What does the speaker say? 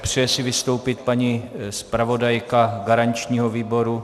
Přeje si vystoupit paní zpravodajka garančního výboru?